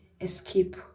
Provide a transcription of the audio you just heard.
escape